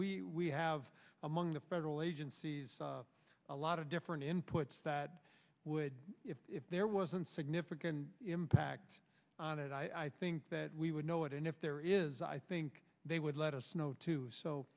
so we have among the federal agencies a lot of different inputs that if there wasn't significant impact on it i think that we would know it and if there is i think they would let us know too so